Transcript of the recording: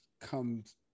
comes